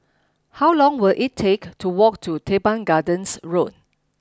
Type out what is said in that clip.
how long will it take to walk to Teban Gardens Road